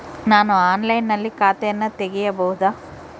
ನಾನು ಆನ್ಲೈನಿನಲ್ಲಿ ಖಾತೆಯನ್ನ ತೆಗೆಯಬಹುದಾ?